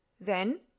Then